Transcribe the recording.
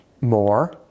more